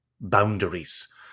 boundaries